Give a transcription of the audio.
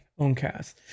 OwnCast